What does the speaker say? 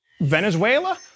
Venezuela